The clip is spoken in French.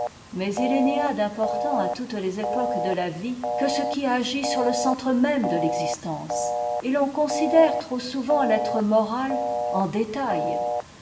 mais il n'y a d'important à toutes les époques de la vie que ce qui agit sur le centre même de existence et l'on t considère trop souvent l'être moral en détail